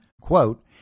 quote